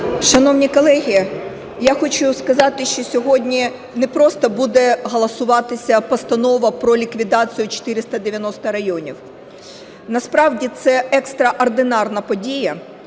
Шановні колеги, я хочу сказати, що сьогодні не просто буде голосуватися Постанова про ліквідацію 490 районів. Насправді це екстраординарна подія,